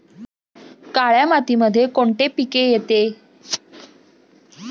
काळी मातीमध्ये कोणते पिके येते?